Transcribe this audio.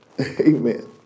Amen